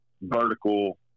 vertical